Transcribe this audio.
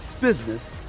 business